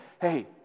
hey